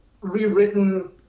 rewritten